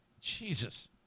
Jesus